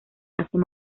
hacen